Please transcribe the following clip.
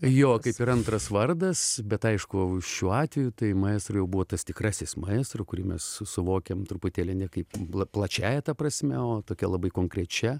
jo kaip ir antras vardas bet aišku šiuo atveju tai maestro jau buvo tas tikrasis maestro kurį mes suvokiam truputėlį ne kaip pla plačiąja prasme o tokia labai konkrečia